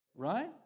Right